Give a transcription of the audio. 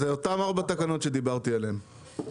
זה אותן ארבע תקנות שדיברתי עליהן.